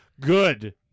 Good